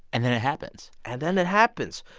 and then it happens and then it happens.